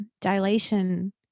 dilation